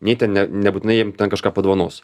nei ten ne nebūtinai jam ten kažką padovanos